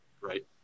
right